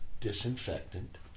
disinfectant